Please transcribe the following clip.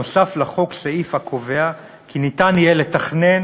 נוסף לחוק סעיף הקובע כי ניתן יהיה לתכנן